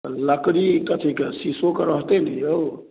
लकड़ी कथी के शीशोके रहतै ने यौ